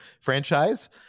franchise